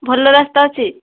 ଭଲ ରାସ୍ତା ଅଛି